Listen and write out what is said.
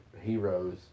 heroes